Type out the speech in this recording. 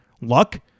Luck